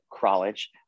college